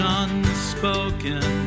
unspoken